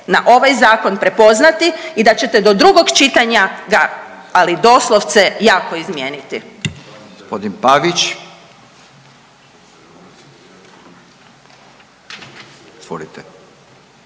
na ovaj Zakon prepoznati i da ćete do drugog čitanja ga, ali doslovce, jako izmijeniti.